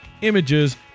images